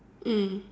mm